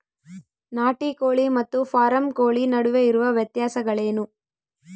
ನಾಟಿ ಕೋಳಿ ಮತ್ತು ಫಾರಂ ಕೋಳಿ ನಡುವೆ ಇರುವ ವ್ಯತ್ಯಾಸಗಳೇನು?